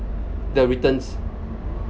the returns